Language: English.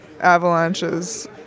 avalanches